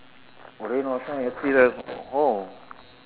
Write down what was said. rain or shine you still have oh